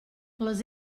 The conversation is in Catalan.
les